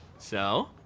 so?